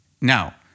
Now